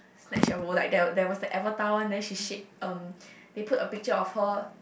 snatch a role like there there was the Avatar one then she shade um they put a picture of her